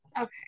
Okay